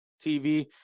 TV